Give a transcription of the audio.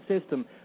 system